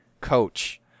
coach